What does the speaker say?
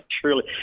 truly